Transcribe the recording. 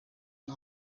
een